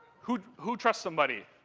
who who trusts somebody?